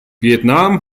vietnam